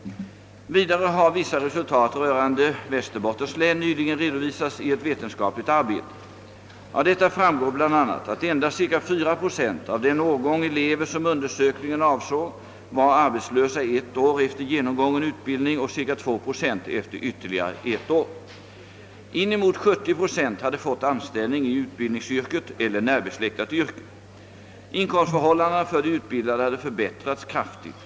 Vidare har vissa resultat rörande Västerbottens län nyligen redovisats i ett vetenskapligt arbete. Av detta framgår bl.a. att endast cirka 4 procent av den årgång elever som undersökningen avsåg var arbetslösa ett år efter genomgången utbildning och cirka 2 procent efter ytterligare ett år. Inemot 70 procent hade fått anställning i utbildningsyrket eller närbesläktat yrke. Inkomstförhållandena för de utbildade hade förbättrats kraftigt.